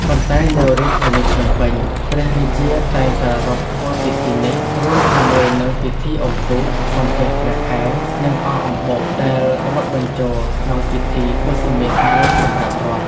ប៉ុន្តែ នៅរាជធានីភ្នំពេញ ព្រះរាជាតែងប្រារព្ធធ្វើពិធីនេះ រួមជាមួយនឹងពិធីអុំទូក សំពះព្រះខែ និងអកអំបុក ដែលរាប់បញ្ចូលក្នុងពិធីទសមាសមួយសម្រាប់រដ្ឋ ។